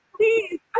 Please